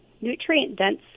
nutrient-dense